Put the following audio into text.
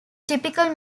typical